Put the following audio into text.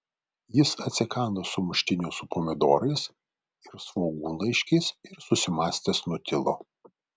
jis atsikando sumuštinio su pomidorais ir svogūnlaiškiais ir susimąstęs nutilo